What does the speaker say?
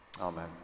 Amen